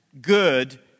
good